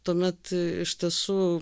tuomet iš tiesų